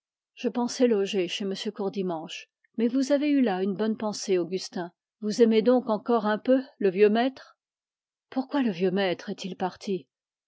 je pensais loger chez m courdimanche mais vous avez eu là une bonne pensée augustin vous aimez donc encore un peu le vieux maître pourquoi le vieux maître est-il parti